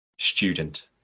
student